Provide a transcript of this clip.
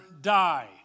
die